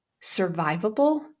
survivable